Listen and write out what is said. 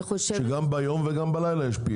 שיש פעילות גם ביום וגם בלילה.